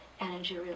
energy